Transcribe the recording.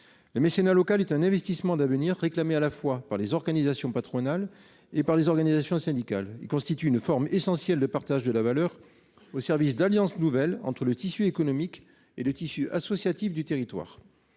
Le mécénat local est un investissement d’avenir réclamé à la fois par les organisations patronales et par les organisations syndicales. Il constitue une forme essentielle de partage de la valeur au service d’alliances nouvelles entre le tissu économique et le tissu associatif d’un territoire.